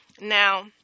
Now